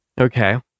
okay